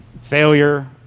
failure